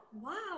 wow